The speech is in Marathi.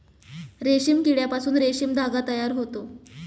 रेशीम किड्यापासून रेशीम धागा तयार होतो